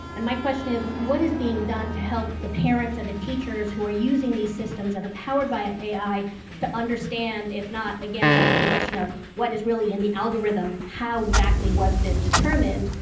and my question is what is being done to help the parents and the teachers who are using these systems that are powered by ai to understand, if not, again, back to the question of what is really in the algorithm, how exactly was this determined,